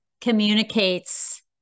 communicates